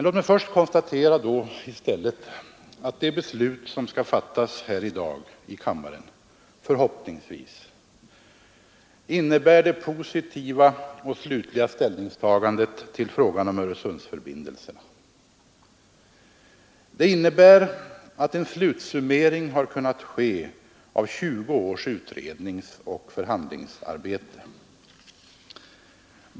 Låt mig i stället konstatera att det beslut som skall fattas här i dag i kammaren — förhoppningsvis — innebär det positiva och slutliga ställningstagandet till frågan om Öresundsförbindelserna. Det innebär att en slutsummering har kunnat ske av tjugo års utredningsoch förhandlingsarbete.